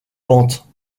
pente